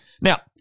Now